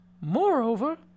Moreover